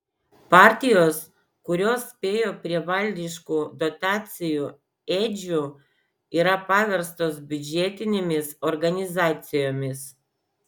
partijos kurios spėjo prie valdiškų dotacijų ėdžių yra paverstos biudžetinėmis organizacijomis